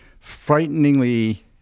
frighteningly